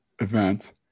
event